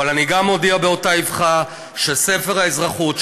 אבל אני גם מודיע באותה אבחה שספר האזרחות,